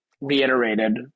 reiterated